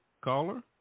caller